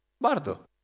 bardo